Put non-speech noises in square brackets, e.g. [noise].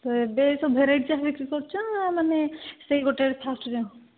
ତ ଏବେ ସବୁ ଭେରାଇଟି ଚାହା ବିକ୍ରି କରୁଛ ନା ମାନେ ସେଇ ଗୋଟେ ଫାଷ୍ଟରୁ [unintelligible]